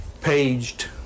paged